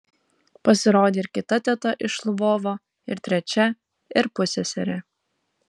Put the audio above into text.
pasirodė ir kita teta iš lvovo ir trečia ir pusseserė